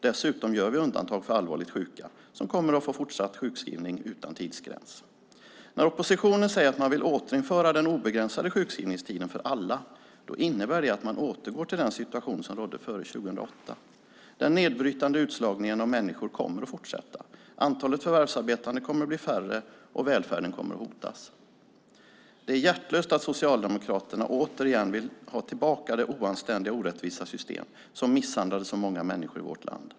Dessutom gör vi undantag för allvarligt sjuka som kommer att få fortsatt sjukskrivning utan tidsgräns. När oppositionen säger att man vill återinföra den obegränsade sjukskrivningstiden för alla innebär det att man återgår till den situation som rådde före 2008. Den nedbrytande utslagningen av människor kommer att fortsätta. Antalet förvärvsarbetande kommer att bli mindre och välfärden kommer att hotas. Det är hjärtlöst att Socialdemokraterna återigen vill ha tillbaka det oanständiga och orättvisa system som misshandlade så många människor i vårt land.